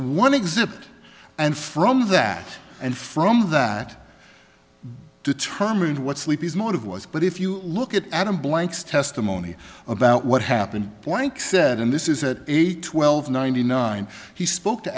one exhibit and from that and from that determined what sleepy's motive was but if you look at adam blank's testimony about what happened blank said and this is a a twelve ninety nine he spoke to